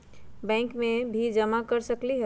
Bank में भी जमा कर सकलीहल?